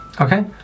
Okay